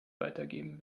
weitergeben